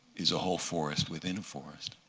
is a whole forest within a forest.